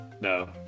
No